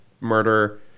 murder